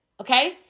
Okay